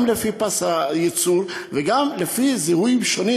גם לפי פס הייצור וגם לפי זיהויים שונים